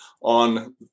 on